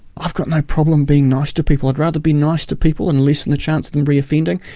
i've got no problem being nice to people. i'd rather be nice to people and lessen the chance of them reoffending,